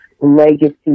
legacy